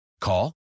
Call